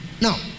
Now